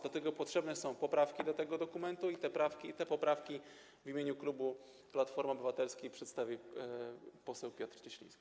Dlatego potrzebne są poprawki do tego dokumentu i te poprawki w imieniu klubu Platformy Obywatelskiej przedstawi poseł Piotr Cieśliński.